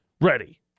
ready